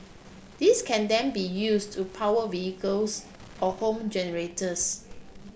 this can then be used to power vehicles or home generators